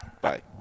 Bye